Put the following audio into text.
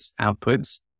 outputs